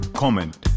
comment